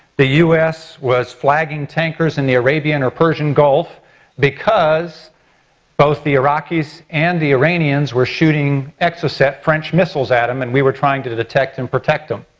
the us was flagging tankers in the arabian or persian gulf because both the iraqis and the iranians were shooting exocet french missiles at them um and we were trying to to detect and protect them.